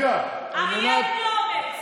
אריה בלי אומץ.